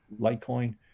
litecoin